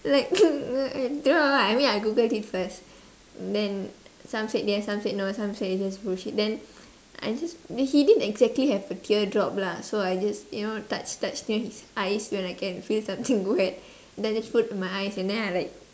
like like !duh! I mean I googled it first then some said yes some said no some say it's just bullshit then I just he didn't exactly have a tear drop lah so I just you know touch touch near his eyes when I can feel something wet then just put on my eyes and then I like